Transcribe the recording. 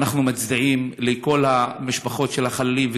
ואנחנו מצדיעים לכל המשפחות של החללים,